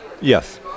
Yes